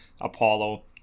Apollo